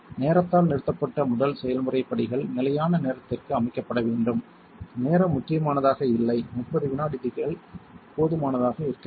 நேரத்தால் நிறுத்தப்பட்ட முதல் செயல்முறை படிகள் நிலையான நேரத்திற்கு அமைக்கப்பட வேண்டும் நேரம் முக்கியமானதாக இல்லை 30 வினாடிகள் போதுமானதாக இருக்க வேண்டும்